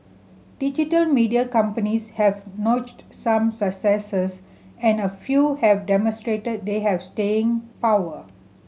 digital media companies have notched some successes and a few have demonstrated they have staying power